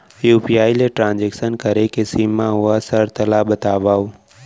UPI ले transaction करे के सीमा व शर्त ला बतावव?